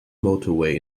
motorway